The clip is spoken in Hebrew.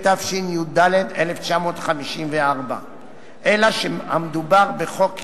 התשי"ד 1954, אלא שמדובר בחוק ישן,